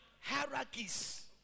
hierarchies